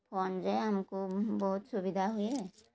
ଫୋନ୍ରେ ଆମକୁ ବହୁତ ସୁବିଧା ହୁଏ